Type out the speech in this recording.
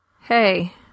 Hey